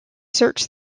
search